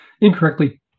incorrectly